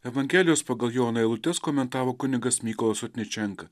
evangelijos pagal joną eilutes komentavo kunigas mykolas sutničenka